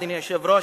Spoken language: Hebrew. אדוני היושב-ראש,